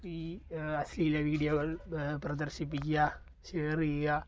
ഈ അശ്ലീല വീഡിയോകൾ പ്രദർശിപ്പിക്കുക ഷെയർ ചെയ്യുക